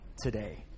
today